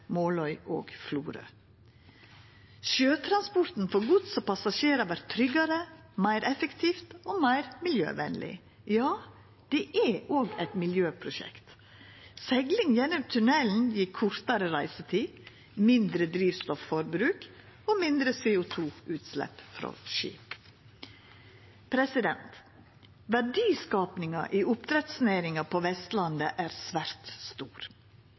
Måløy og Florø. Sjøtransporten for gods og passasjerar vert tryggare, meir effektiv og meir miljøvenleg. Ja, det er òg eit miljøprosjekt. Segling gjennom tunnelen gjev kortare reisetid, mindre drivstofforbruk og mindre CO 2 -utslepp frå skip. Verdiskapinga i oppdrettsnæringa på Vestlandet er svært stor.